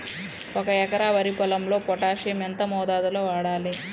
ఒక ఎకరా వరి పొలంలో పోటాషియం ఎంత మోతాదులో వాడాలి?